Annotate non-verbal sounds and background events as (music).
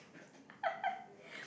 (laughs)